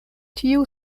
tiu